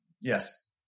yes